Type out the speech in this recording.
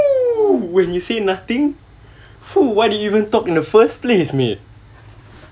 [ho] when you say nothing [ho] what do you even talk in the first place mean